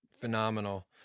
Phenomenal